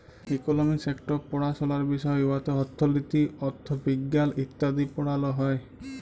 economics ইকট পাড়াশলার বিষয় উয়াতে অথ্থলিতি, অথ্থবিজ্ঞাল ইত্যাদি পড়াল হ্যয়